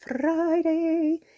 Friday